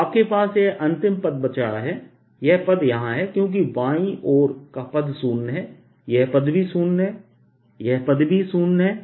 तो आपके पास यह अंतिम पद बचा है यह पद यहाँ है क्योंकि बायीं ओर का पद शून्य है यह पद भी शून्य है यह पद भी शून्य है